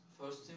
First